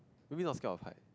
maybe not scared of height